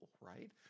right